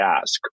ask